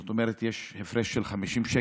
זאת אומרת, יש הפרש של 50 שקלים.